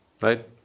right